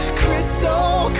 crystal